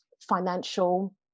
financial